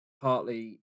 partly